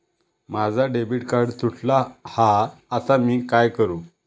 माझा debit card तुटला हा आता मी काय करू?